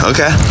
Okay